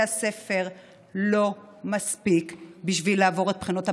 הספר לא מספיק בשביל לעבור את בחינות הבגרות.